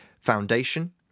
foundation